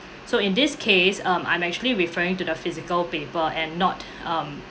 so in this case um I'm actually referring to the physical paper and not um